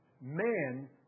Man